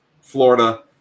Florida